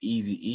Easy